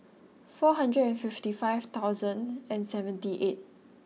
four hundred and fifty five thousand and seventy eight